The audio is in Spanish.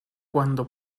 cuando